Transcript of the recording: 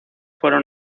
fueron